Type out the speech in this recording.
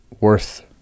worth